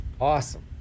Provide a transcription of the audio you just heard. Awesome